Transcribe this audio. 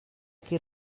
qui